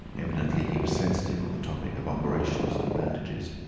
evidently he was sensitive on the topic of operations and bandages.